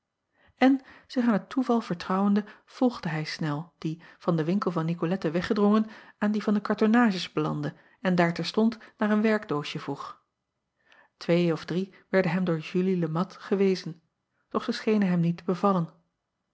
n zich aan het toeval vertrouwende volgde hij nel die van den winkel van icolette weggedrongen aan dien van de cartonnages belandde en daar terstond naar een werkdoosje vroeg wee of drie werden hem door ulie e at gewezen doch zij schenen hem niet te bevallen